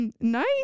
nice